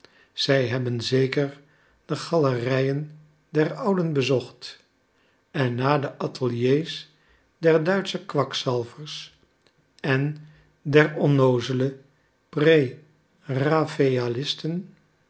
zij hebben zeker de galerijen der ouden bezocht en na de ateliers der duitsche kwakzalvers en der onnoozele pre raphaëlisten